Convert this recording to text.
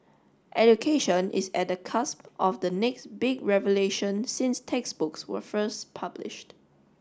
education is at the cusp of the next big revolution since textbooks were first published